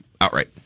outright